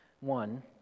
One